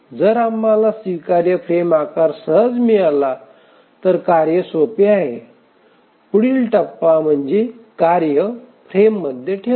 जर आम्हाला स्वीकार्य फ्रेम आकार सहज मिळाला तर कार्य सोपी आहे पुढील टप्पा म्हणजे कार्य फ्रेममध्ये ठेवणे